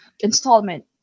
installment